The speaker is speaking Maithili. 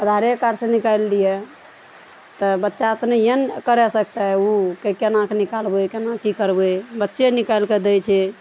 आधारे कार्ड से निकालि लियऽ तऽ बच्चा तऽ नहिए ने करै सकतै ओ केनाके निकालबै केना की करबै बच्चे निकालि कऽ दै छै